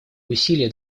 усилия